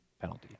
penalty